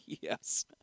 Yes